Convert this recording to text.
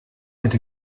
hätte